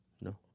No